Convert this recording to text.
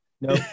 no